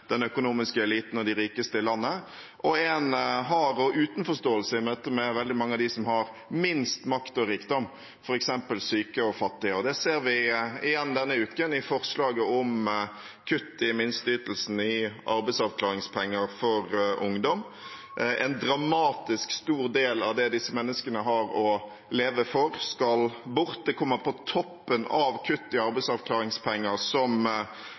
den økonomiske eliten og de rikeste i landet og en hard og uten forståelse i møte med veldig mange av dem som har minst makt og rikdom, f.eks. syke og fattige. Det ser vi igjen denne uken i forslaget om kutt i minsteytelsen i arbeidsavklaringspenger for ungdom. En dramatisk stor del av det disse menneskene har å leve for, skal bort. Det kommer på toppen av kutt i arbeidsavklaringspenger, som